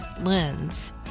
lens